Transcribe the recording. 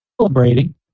celebrating